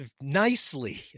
nicely